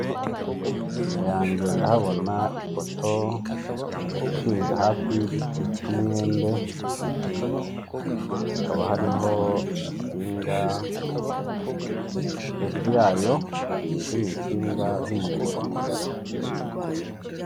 Imbere yanjye ndahabona ipoto ishinze hafi y'igiti cy'umwembe, hakaba hariho insinga hejuru yayo hari izindi nsinga z'umuyoboro mugari.